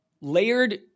layered